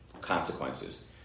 consequences